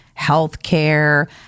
healthcare